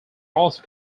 also